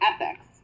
ethics